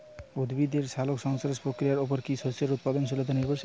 উদ্ভিদের সালোক সংশ্লেষ প্রক্রিয়ার উপর কী শস্যের উৎপাদনশীলতা নির্ভরশীল?